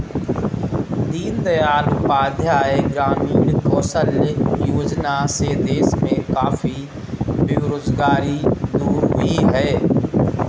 दीन दयाल उपाध्याय ग्रामीण कौशल्य योजना से देश में काफी बेरोजगारी दूर हुई है